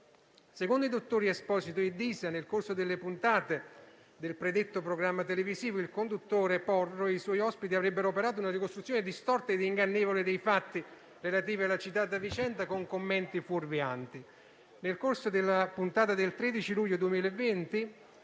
Secondo i dottori Esposito e D'Isa, nel corso delle puntate del predetto programma televisivo, il conduttore Porro e i suoi ospiti avrebbero operato una ricostruzione distorta e ingannevole dei fatti relativi alla citata vicenda, con commenti fuorvianti. Nel corso della puntata del 13 luglio 2020